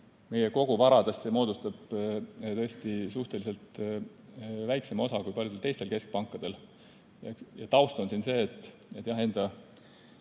meie koguvaradest moodustab see tõesti suhteliselt väiksema osa kui paljudel teistel keskpankadel. Taust on siin see, et enda